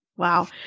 Wow